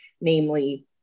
namely